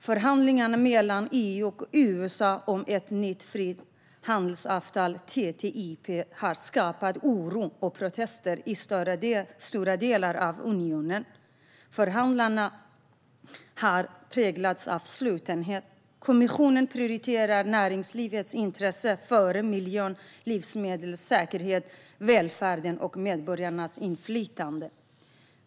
Förhandlingarna mellan EU och USA om ett nytt frihandelsavtal, TTIP, har skapat oro och protester i stora delar av unionen. Förhandlingarna har präglats av slutenhet. Kommissionen prioriterar näringslivets intressen framför miljön, livsmedelssäkerheten, välfärden och medborgarnas inflytande.